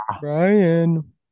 Brian